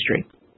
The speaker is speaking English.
history